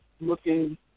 looking